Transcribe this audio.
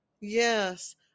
Yes